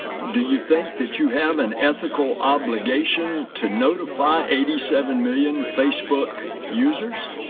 do you think that you have an ethical obligation to notify eighty seven million facebook users?